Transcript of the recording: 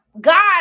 God